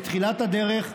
בתחילת הדרך,